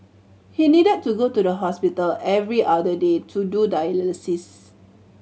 he needed to go to the hospital every other day to do dialysis